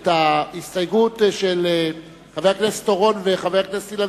את ההסתייגות של חבר הכנסת אורון וחבר הכנסת אילן